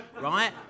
right